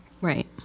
Right